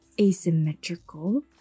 asymmetrical